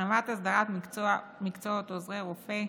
השלמת הסדרת מקצועות עוזרי רופא,